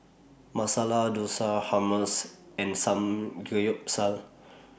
Masala Dosa Hummus and Samgeyopsal